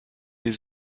des